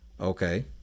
Okay